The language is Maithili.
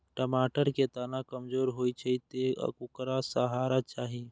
टमाटर के तना कमजोर होइ छै, तें ओकरा सहारा चाही